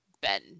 Ben